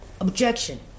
Objection